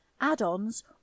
add-ons